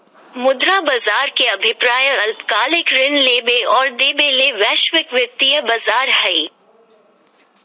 मांग मसौदा cashless transaction के माध्यम होबो हइ